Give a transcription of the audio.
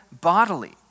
bodily